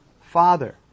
Father